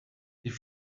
die